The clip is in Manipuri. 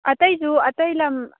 ꯑꯇꯩꯁꯨ ꯑꯇꯩ ꯂꯝ